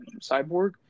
Cyborg